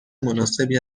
مناسبی